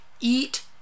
eat